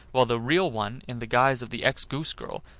while the real one, in the guise of the ex-goose-girl,